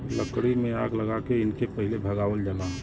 लकड़ी में आग लगा के इनके पहिले भगावल जाला